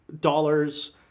dollars